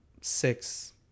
six